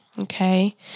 okay